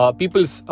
people's